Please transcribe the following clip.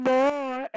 More